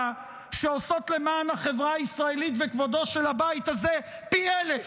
שעושות למען החברה הישראלית וכבודו של הבית הזה פי אלף,